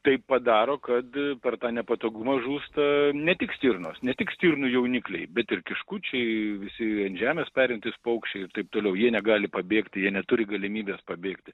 tai padaro kad per tą nepatogumą žūsta ne tik stirnos ne tik stirnų jaunikliai bet ir kiškučiai visi žemės perintys paukščiai ir taip toliau jie negali pabėgti jie neturi galimybės pabėgti